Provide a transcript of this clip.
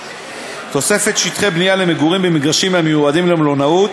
תוספת שטחי בנייה למגורים במגרשים המיועדים למלונאות.